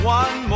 one